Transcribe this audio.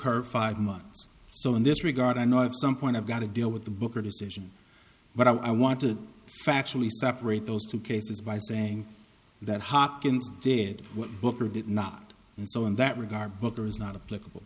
her five months or so in this regard i know of some point i've got to deal with the booker decision but i want to factually separate those two cases by saying that hopkins did what booker did not and so in that regard booker is not a political